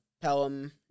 Pelham